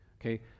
Okay